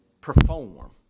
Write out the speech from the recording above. perform